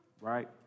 right